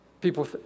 People